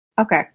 Okay